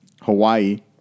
Hawaii